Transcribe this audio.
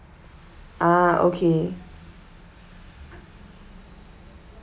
ah okay